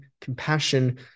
compassion